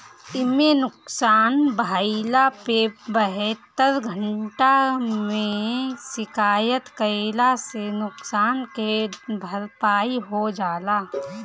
इमे नुकसान भइला पे बहत्तर घंटा में शिकायत कईला से नुकसान के भरपाई हो जाला